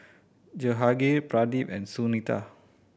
Jehangirr Pradip and Sunita